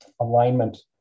alignment